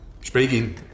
Speaking